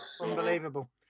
Unbelievable